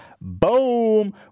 Boom